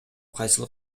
кайсыл